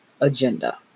agenda